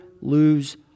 Lose